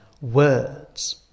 words